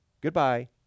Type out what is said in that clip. goodbye